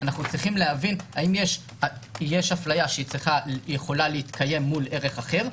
אנחנו צריכים להבין האם יש הפליה שיכולה להתקיים מול ערך אחר,